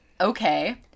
Okay